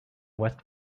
west